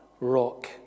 rock